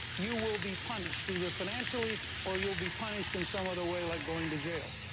you will be punished either financially or you will be punished in some other way like going to jail.